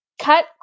cut